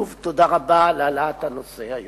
שוב, תודה רבה על העלאת הנושא היום.